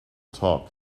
talk